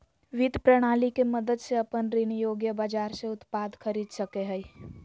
वित्त प्रणाली के मदद से अपन ऋण योग्य बाजार से उत्पाद खरीद सकेय हइ